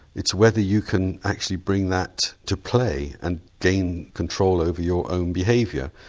it's whether you can actually bring that to play and gain control over your own behaviour.